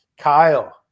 Kyle –